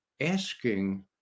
asking